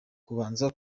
kubanza